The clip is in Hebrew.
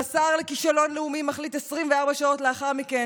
והשר לכישלון לאומי מחליט 24 שעות לאחר מכן